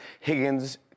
Higgins